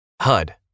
HUD